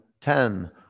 ten